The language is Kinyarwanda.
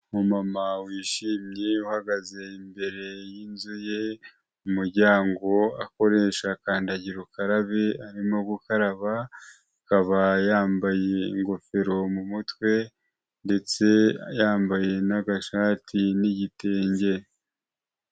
Umumama wishimye uhagaze imbere y'inzu ye mu muryango akoresha kandagira ukarabe arimo gukaraba, akaba yambaye ingofero mu mutwe ndetse yambaye n'agashati n'igitenge.